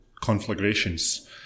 conflagrations